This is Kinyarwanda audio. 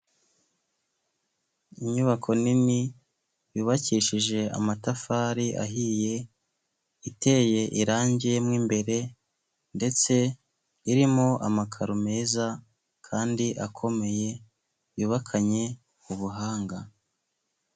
Inyubako nini yubakishije amatafari ahiye, iteye irangi mo imbere ndetse irimo amakaro meza kandi akomeye yubakanye ubuhanga.